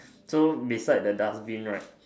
so beside the dustbin right